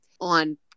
on